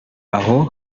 aho